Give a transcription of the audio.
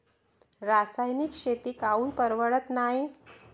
रासायनिक शेती काऊन परवडत नाई?